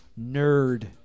Nerd